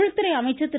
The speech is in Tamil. உள்துறை அமைச்சர் திரு